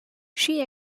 she